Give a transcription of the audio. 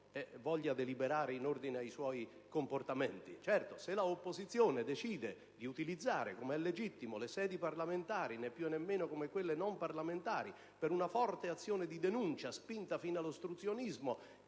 voglia deliberare in ordine ai suoi comportamenti. Certo, se l'opposizione decide di utilizzare, come è legittimo, le sedi parlamentari allo stesso modo, né più né meno, di quelle non parlamentari, per una forte azione di denuncia, spinta fino all'ostruzionismo,